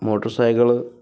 motorcycle